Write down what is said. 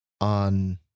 on